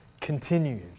continued